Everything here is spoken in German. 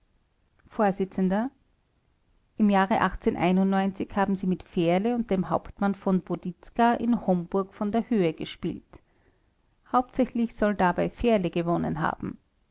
vors im jahre haben sie mit fährle und dem hauptmann v boditzka in homburg v d höhe gespielt hauptsächlich soll dabei fährle gewonnen haben